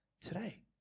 today